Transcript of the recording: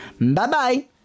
Bye-bye